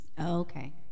okay